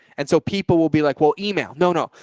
and so people will be like, well, email, no, no,